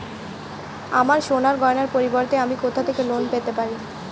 আমার সোনার গয়নার পরিবর্তে আমি কোথা থেকে লোন পেতে পারি?